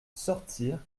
sortir